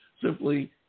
simply